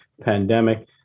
pandemic